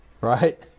right